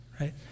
right